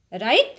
Right